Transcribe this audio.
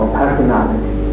personality